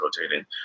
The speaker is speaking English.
rotating